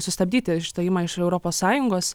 sustabdyti išstojimą iš europos sąjungos